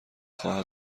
خواهد